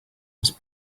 his